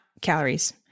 calories